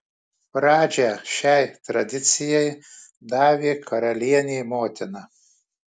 pradžią šiai tradicijai davė karalienė motina